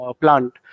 plant